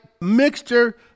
mixture